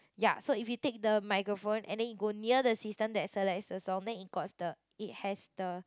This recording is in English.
ya so if you take the microphone and then you go near the system that select the song then it got's~ the it has the